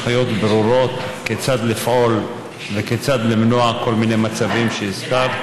יש הנחיות ברורות כיצד לפעול וכיצד למנוע כל מיני מצבים שהזכרת,